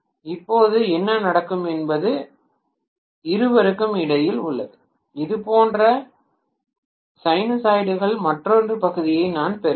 இப்போது என்ன நடக்கும் என்பது இருவருக்கும் இடையில் உள்ளது இது போன்ற சைனசாய்டுகளின் மற்றொரு பகுதியை நான் பெறுவேன்